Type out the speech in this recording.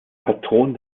patron